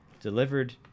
delivered